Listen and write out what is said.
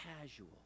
casual